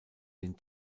den